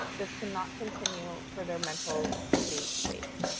this cannot continue for their mental state's sake.